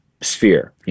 sphere